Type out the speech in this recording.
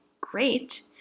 great